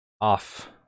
off